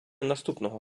наступного